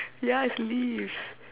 ya it's a leaf